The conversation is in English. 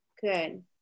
Good